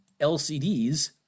LCDs